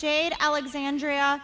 jade alexandria